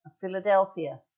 philadelphia